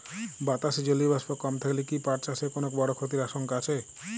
বাতাসে জলীয় বাষ্প কম থাকলে কি পাট চাষে কোনো বড় ক্ষতির আশঙ্কা আছে?